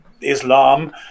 Islam